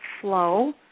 flow